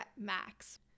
max